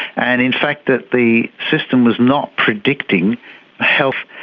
and in fact that the system was not predicting health.